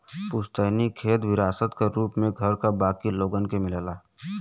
पुस्तैनी खेत विरासत क रूप में घर क बाकी लोगन के मिलेला